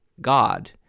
God